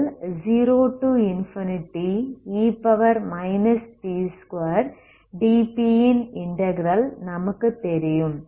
0e p2dp ன் integral நமக்கு தெரியும்